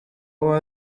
uwo